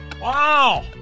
Wow